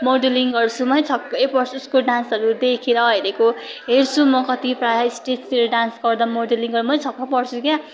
modelling गर्छ मै छक्कै पर्छु उसको डान्सहरू देखेर हेरेको हेर्छु म कति प्रायः स्टेजतिर डान्स गर्दा मोडलिङ गर् मै छक्कै पर्छु क्या